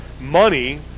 money